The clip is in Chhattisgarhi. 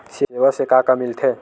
सेवा से का का मिलथे?